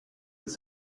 was